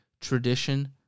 tradition